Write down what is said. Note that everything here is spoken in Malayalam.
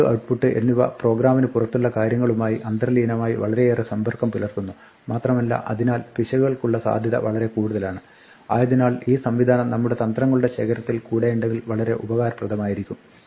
ഇൻപുട്ട് ഔട്ട്പുട്ട് എന്നിവ പ്രോഗ്രാമിന് പുറത്തുള്ള കാര്യങ്ങളുമായി അന്തർലീനമായി വളരെയേറെ സമ്പർക്കം പുലർത്തുന്നു മാത്രമല്ല അതിനാൽ പിശകുകൾക്കുള്ള സാധ്യത വളരെ കൂടുതലാണ് ആയതിനാൽ ഈ സംവിധാനം നമ്മുടെ തന്ത്രങ്ങളുടെ ശേഖരത്തിൽ കൂടെയുണ്ടെങ്കിൽ വളരെ ഉപകാരപ്രദമായിരിക്കും